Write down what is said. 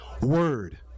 word